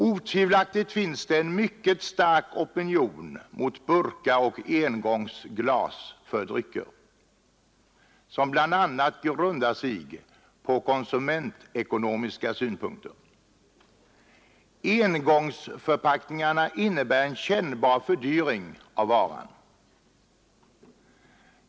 Otvivelaktigt finns det en mycket stark opinion mot burkar och engångsglas för drycker, som bl.a. grundar sig på konsumentekonomiska synpunkter. Engångsförpackningarna innebär en kännbar fördyring av varan.